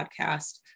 podcast